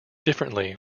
differently